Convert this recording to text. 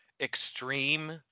extreme